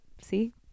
See